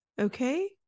okay